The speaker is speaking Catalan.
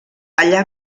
allà